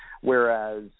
whereas